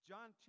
John